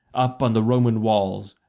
up on the roman walls!